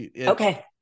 Okay